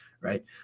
right